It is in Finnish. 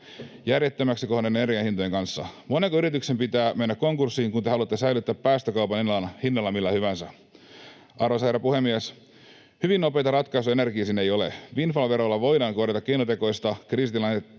järjettömäksi kohonneiden energian hintojen kanssa. Monenko yrityksen pitää mennä konkurssiin, kun te haluatte säilyttää päästökaupan hinnalla millä hyvänsä? Arvoisa herra puhemies! Hyvin nopeita ratkaisuja energiakriisiin ei ole. Windfall-verolla voidaan korjata keinotekoista, kriisitilanteisiin